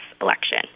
election